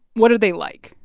what are they like?